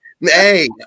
Hey